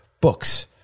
books